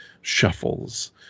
shuffles